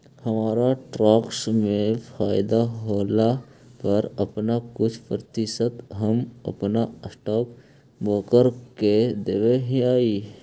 हमर स्टॉक्स में फयदा होला पर अपन कुछ प्रतिशत हम अपन स्टॉक ब्रोकर को देब हीअई